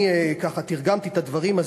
אני תרגמתי את הדברים,